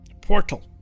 portal